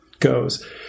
goes